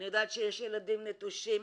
אני יודעת שיש ילדים נטושים,